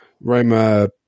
Roma